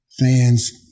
fans